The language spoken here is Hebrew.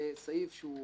זה סעיף שהוא --- הבנתי.